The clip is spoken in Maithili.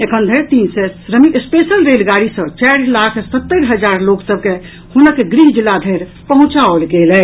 एखन धरि तीन सय श्रमिक स्पेशल रेलगाड़ी सँ चारि लाख सत्तरि हजार लोक सभ के हुनक गृह जिला धरि पहुंचाओल गेल अछि